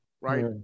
right